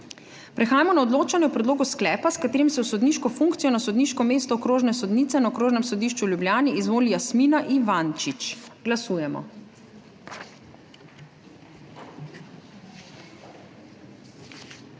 prehajamo na odločanje o predlogu sklepa, s katerim se v sodniško funkcijo na sodniško mesto okrožne sodnice na Okrožnem sodišču v Ljubljani izvoli Katarina Vidmar. Glasujemo.